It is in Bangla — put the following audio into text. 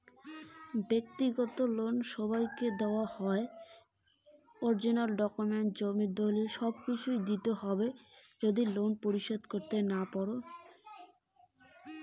ব্যাক্তিগত লোন কি সবাইকে দেওয়া হয়?